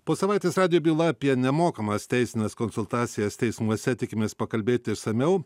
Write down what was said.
po savaitės radijo byla apie nemokamas teisines konsultacijas teismuose tikimės pakalbėti išsamiau